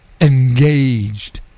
engaged